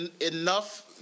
enough